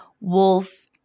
wolf